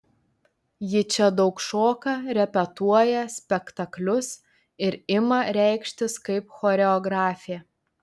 ji čia daug šoka repetuoja spektaklius ir ima reikštis kaip choreografė